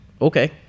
okay